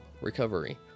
recovery